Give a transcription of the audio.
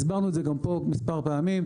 הסברנו את זה גם פה מספר פעמים,